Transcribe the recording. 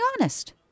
honest